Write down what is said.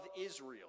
Israel